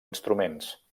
instruments